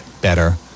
better